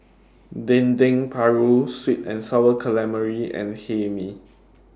Dendeng Paru Sweet and Sour Calamari and Hae Mee